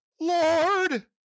Lord